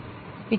વિદ્યાર્થી હા